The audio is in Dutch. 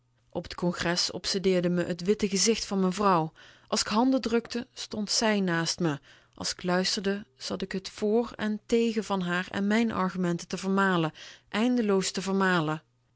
op t congres obsedeerde me t witte gezicht van m'n vrouw als k handen drukte stond zij naast me als k luisterde zat k t voor en tegen van haar en mijn argumenten te vermalen eindeloos te vermalen